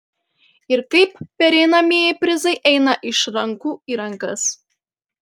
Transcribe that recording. ir kaip pereinamieji prizai eina iš rankų į rankas